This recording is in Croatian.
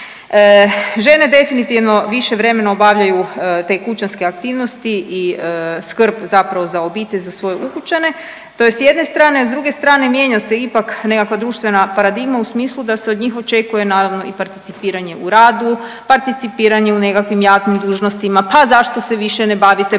Žene definitivno više vremena obavljaju te kućanske aktivnosti i skrb za obitelj za svoje ukućane, to je s jedne strane, a s druge strane mijenja se ipak nekakva društvena paradigma u smislu da se od njih očekuje naravno i participiranje u radu, participiranje u nekakvim javnim dužnostima, pa zašto se više ne bavite politikom